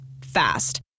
fast